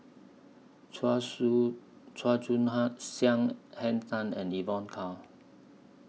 Chua Siew Chua Joon Hang Siang Henn Tan and Evon Kow